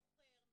בוחר,